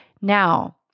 Now